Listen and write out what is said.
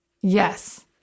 Yes